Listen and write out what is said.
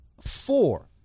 four